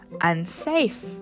unsafe